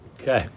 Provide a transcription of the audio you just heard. Okay